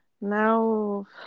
now